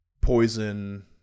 Poison